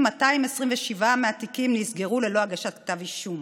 וכ-3,227 מהתיקים נסגרו ללא הגשת כתב אישום.